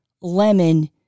lemon